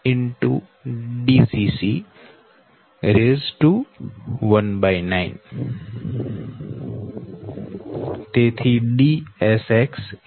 Dcc 19 તેથી Dsx 0